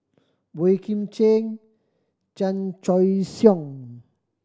Boey Kim Cheng Chan Choy Siong